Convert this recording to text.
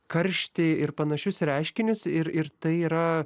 karštį ir panašius reiškinius ir ir tai yra